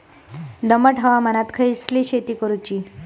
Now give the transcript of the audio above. दमट हवामानात खयली शेती करूची?